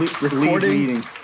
Recording